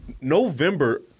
November